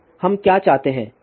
तो हम क्या चाहते हैं